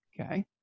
Okay